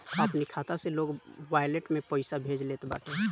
अपनी खाता से लोग वालेट में पईसा भेज लेत बाटे